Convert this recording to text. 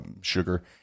sugar